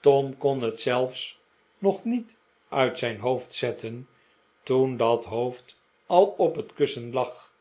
tom kon het zelfs nog niet uit zijn hoofd zetten toen dat hoofd al op het kussen lag